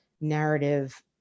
narrative